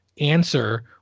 answer